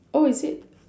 oh is it